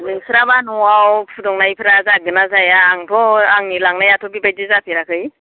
नोंस्राबा न'आव फुदुंनायफ्रा जागोन ना जाया आंथ' आंनि लांनायाथ' बेबादि जाफेराखै